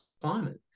climate